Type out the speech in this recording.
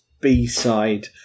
B-side